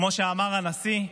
כמו שאמר הנשיא,